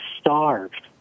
starved